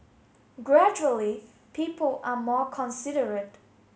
gradually people are more considerate